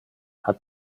hat